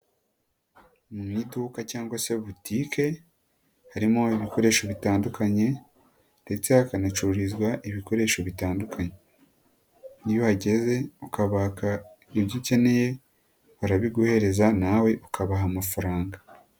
Mu iduka cyangwa se butike, harimo ibikoresho bitandukanye, ndetse hakanacururizwa ibikoresho bitandukanye. Iyo uhageze ukabaka ibyo ukeneye, barabiguhereza nawe ukabaha amafaranga.